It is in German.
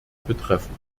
betreffen